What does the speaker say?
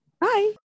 bye